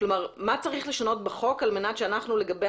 מה צריך לשנות בחוק על מנת שאנחנו לגבי